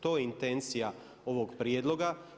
To je intencija ovog prijedloga.